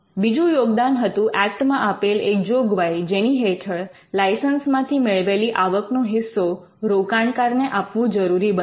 બીજું યોગદાન હતું ઍક્ટ માં આપેલ એક જોગવાઈ જેની હેઠળ લાઇસન્સ માંથી મેળવેલી આવકનો હિસ્સો રોકાણકાર ને આપવું જરૂરી બન્યું